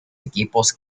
equipos